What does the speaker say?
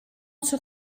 sur